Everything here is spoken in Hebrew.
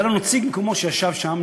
היה נציג במקומו שישב שם,